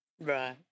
Right